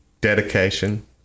dedication